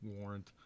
warrant